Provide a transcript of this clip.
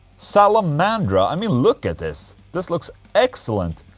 salamandra, i mean look at this. this looks excellent.